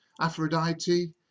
Aphrodite